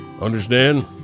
Understand